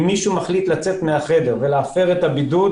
אם מישהו מחליט לצאת מהחדר ולהפר את הבידוד